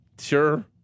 Sure